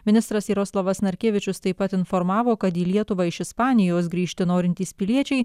ministras jaroslavas narkėvičius taip pat informavo kad į lietuvą iš ispanijos grįžti norintys piliečiai